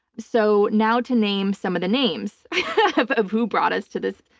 so now to name some of the names of who brought us to this,